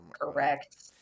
correct